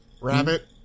rabbit